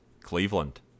Cleveland